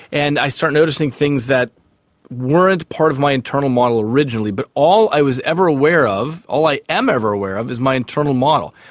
and i start noticing things that weren't part of my internal model originally. but all i was ever aware of, all i am ever aware of is my internal model.